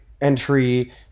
entry